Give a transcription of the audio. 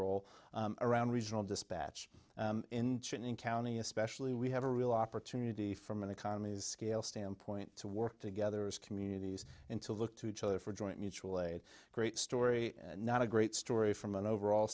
role around regional dispatch engine in county especially we have a real opportunity from an economies scale standpoint to work together as communities into look to each other for joint mutual a great story not a great story from an overall